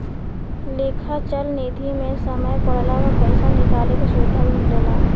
लेखा चल निधी मे समय पड़ला पर पइसा निकाले के सुविधा भी मिलेला